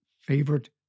favorite